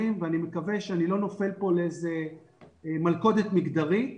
ואני מקווה שאני לא נופל פה לאיזה מלכודת מגדרית.